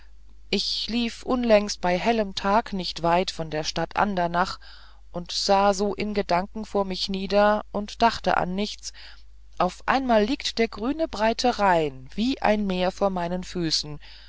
ich lief unlängst bei hellem tag nicht weit von der stadt andernach und sah so in gedanken vor mich nieder und dachte an nichts auf einmal liegt der grüne breite rhein wie'n meer vor meinen füßen